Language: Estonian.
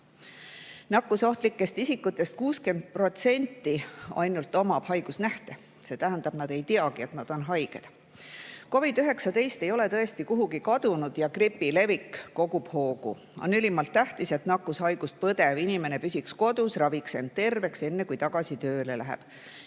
Nakkusohtlikest isikutest ainult 60%-l on haigusnähud, see tähendab, et inimesed ise [ei pruugi] teadagi, et nad on haiged. COVID-19 ei ole tõesti kuhugi kadunud ja gripi levik kogub hoogu. On ülimalt tähtis, et nakkushaigust põdev inimene püsiks kodus ja raviks end terveks, enne kui tagasi tööle läheb.